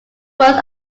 works